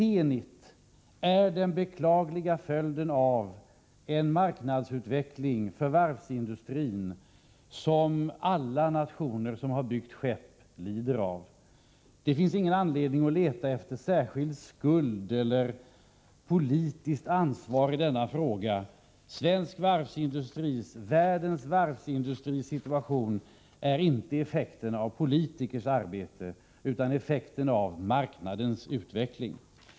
Zenit är den beklagliga följden av en marknadsutveckling för varvsindustrin som alla nationer som har byggt skepp lider av. Det finns ingen anledning att leta efter särskild skuld eller särskilt politiskt ansvar i denna fråga. Svensk varvsindustris, världens varvsindustris, situation är inte någon följd av politikers arbete utan av marknadens utveckling.